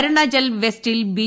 അരുണാചൽ വെസ്റ്റിൽ ബി